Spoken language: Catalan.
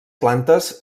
plantes